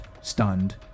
stunned